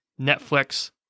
Netflix